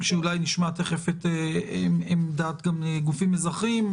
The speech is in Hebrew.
אולי נשמע תכף גם את עמדת הגופים האזרחיים,